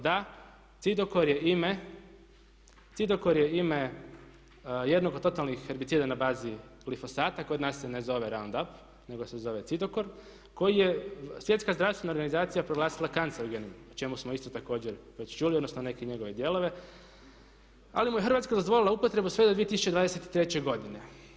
Da cidokor je ime jednog od totalnih herbicida na bazi glyphosate, kod nas se ne zove roundup nego se zove cidokor koji je Svjetska zdravstvena organizacija proglasila kancerogenim o čemu smo isto također već čuli, odnosno neke njegove dijelove ali mu je Hrvatska dozvolila upotrebu sve do 2023. godine.